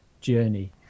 journey